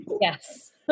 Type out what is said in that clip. Yes